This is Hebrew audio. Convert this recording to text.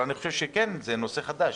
אבל אני חושב שזה כן נושא חדש.